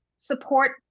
support